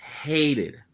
Hated